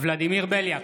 ולדימיר בליאק,